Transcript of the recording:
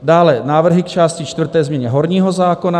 Dále návrhy k části čtvrté, změně horního zákona.